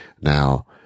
Now